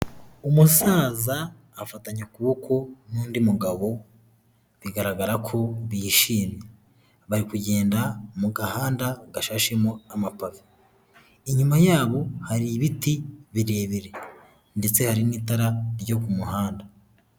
Umusaza afatanya ukuboko n'undi mugabo bigaragara ko bishimye, bari kugenda mu gahanda gashashemo amapave, inyuma yabo hari ibiti birebire ndetse hari n'itara ryo ku muhanda.